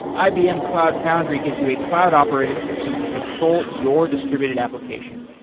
ibm cloud foundry gives you a cloud operating system to control your distributed application.